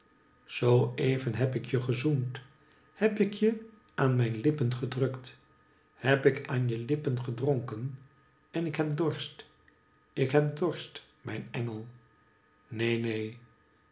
zoo even heb ik je gezoend heb ik je aan mijn lippen gedrukt heb ik aan je lippen gedronken en ik heb dorst ik heb dorst mijn engel neen neen